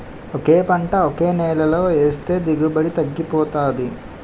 ఒకే పంట ఒకే నేలలో ఏస్తే దిగుబడి తగ్గిపోతాది